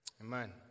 Amen